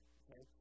okay